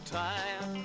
time